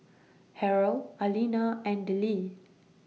Harrell Arlena and Dellie